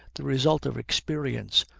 the result of experience,